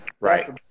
Right